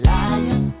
Liar